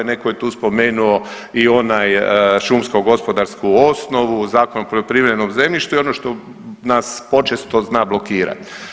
Neko je tu spomenuo i šumsko-gospodarsku osnovu, Zakon o poljoprivrednom zemljištu i ono što nas počesto zna blokirat.